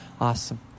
Awesome